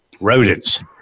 rodents